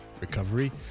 recovery